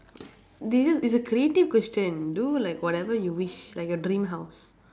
did you it's a creative question do like whatever you wish like your dream house